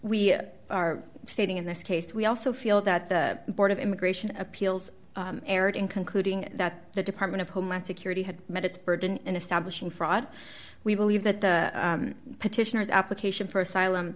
we are sitting in this case we also feel that the board of immigration appeals erred in concluding that the department of homeland security had met its burden in establishing fraud we believe that the petitioners application for asylum